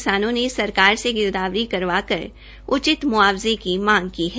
किसानों सरकार से गिरदावरी करवाकर उचित म्आवजे की मांग की है